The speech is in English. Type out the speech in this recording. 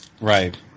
Right